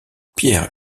pierre